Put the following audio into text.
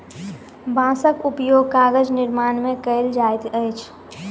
बांसक उपयोग कागज निर्माण में कयल जाइत अछि